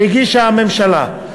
שהגישה הממשלה.